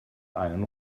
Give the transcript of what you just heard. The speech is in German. einen